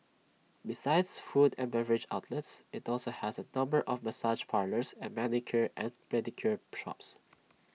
besides food and beverage outlets IT also has A number of massage parlours and manicure and pedicure shops